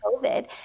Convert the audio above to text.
COVID